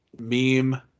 meme